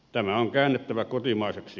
tämä on käännettävä kotimaiseksi